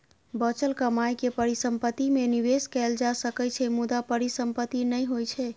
बचल कमाइ के परिसंपत्ति मे निवेश कैल जा सकै छै, मुदा परिसंपत्ति नै होइ छै